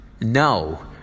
No